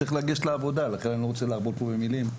וצריך לגשת לעבודה .לכן אני לא רוצה להרבות פה במלים,